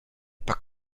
pas